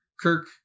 Kirk